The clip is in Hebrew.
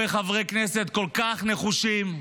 לא פגשתי הרבה חברי כנסת כל כך נחושים,